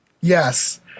Yes